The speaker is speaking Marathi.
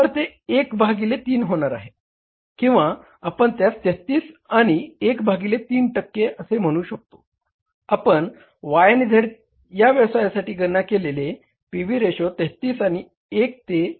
तर ते 1 भागिले 3 होणार आहे किंवा आपण त्यास 33 आणि 1 भागिले 3 टक्के असे म्हणू शकतो आपण Y आणि Z या व्यवसायासाठी गणना केलेले पी व्ही रेशो 33 आणि 1 ते 3 टक्के आहे बरोबर